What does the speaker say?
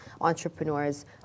entrepreneurs